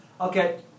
Okay